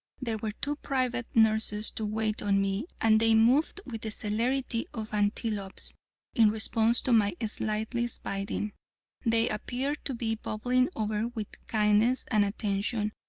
there were two private nurses to wait on me, and they moved with the celerity of antelopes in response to my slightest bidding. they appeared to be bubbling over with kindness and attention,